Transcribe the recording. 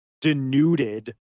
denuded